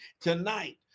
tonight